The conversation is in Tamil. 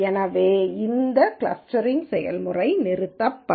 எனவே இந்த கிளஸ்டரிங் செயல்முறை நிறுத்தப்படும்